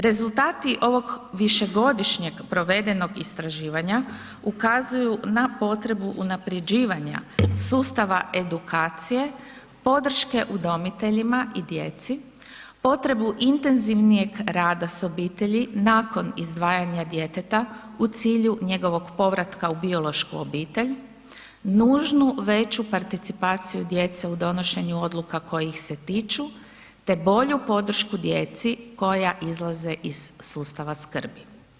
Rezultati ovog višegodišnje provedenog istraživanja ukazuju na potrebu unaprjeđivanja sustava edukacije, podrške udomiteljima, potrebu intenzivnijeg rada sa obitelji nakon izdvajanja djeteta u cilju njegovog povratka u biološku obitelj, nužnu veću participaciju djece u donošenju odluka koje ih se tiču te bolju podršku djeci koja izlaze iz sustava skrbi.